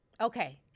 Okay